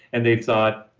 and they've thought,